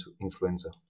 influenza